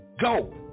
go